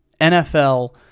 NFL